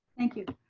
thank you.